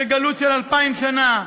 אחרי גלות של אלפיים שנה.